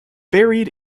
buried